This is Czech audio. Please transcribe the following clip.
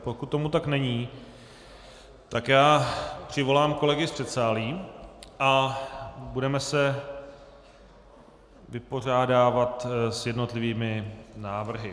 Pokud tomu tak není, přivolám kolegy z předsálí a budeme se vypořádávat s jednotlivými návrhy.